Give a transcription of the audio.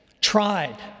tried